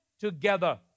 together